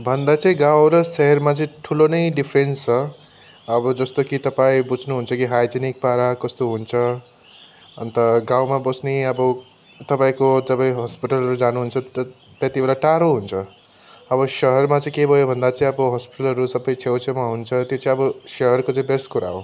भन्दा चाहिँ गाउँ र सहरमा चाहिँ ठुलो नै डिफरेन्स छ अब जस्तो कि तपाईँ बुझ्नु हुन्छ कि हाइजनिक पारा कस्तो हुन्छ अन्त गाउँमा बस्ने अब तपाईँको तपाईँ हस्पिटलहरू जानु हुन्छ तेति बेला टाढो हुन्छ अब सहरमा चाहिँ के भयो भन्दा चाहिँ अब हस्पिटलहरू सबै छेउछेउमा हुन्छ त्यो चाहिँ अब सहरको चाहिँ बेस्ट कुरा हो